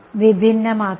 വിഭിന്നമാക്കുക